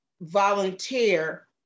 volunteer